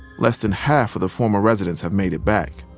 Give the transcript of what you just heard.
less than half of the former residents have made it back.